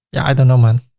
yeah, i don't know man.